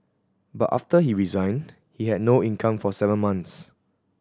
but after he resigned they had no income for seven months